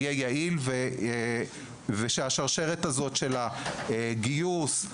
שהשרשרת הזאת של הגיוס,